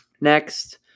Next